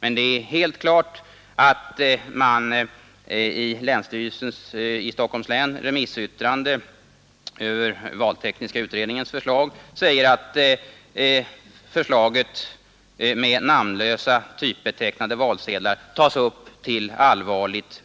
Men det är helt klart att länsstyrelsen i Stockholms län i sitt remissyttrande över valtekniska utredningens betänkande säger att förslaget om namnlösa typbetecknade valsedlar bör tas upp till allvarligt